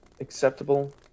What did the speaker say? acceptable